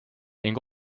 ning